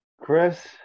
Chris